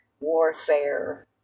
warfare